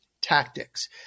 tactics